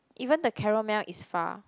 even the Carol Mel is far